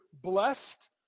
blessed